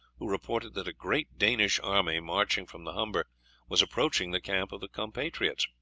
who reported that a great danish army marching from the humber was approaching the camp of the compatriots.